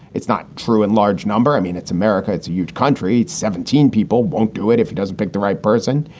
it's not true in large number. i mean, it's america. it's a huge country. seventeen seventeen people won't do it if he doesn't pick the right person.